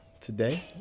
today